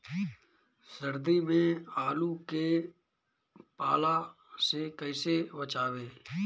सर्दी में आलू के पाला से कैसे बचावें?